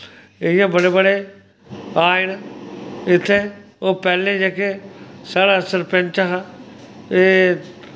इयां बड़े बड़े आए न इत्थें ओह् पैह्लें जेह्के साढ़ सरपैंच हा एह्